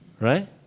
Right